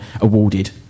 awarded